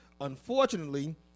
Unfortunately